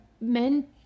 men